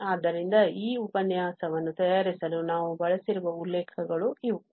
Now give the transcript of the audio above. ಆದ್ದರಿಂದ ಈ ಉಪನ್ಯಾಸವನ್ನು ತಯಾರಿಸಲು ನಾವು ಬಳಸಿರುವ ಉಲ್ಲೇಖಗಳು ಇವು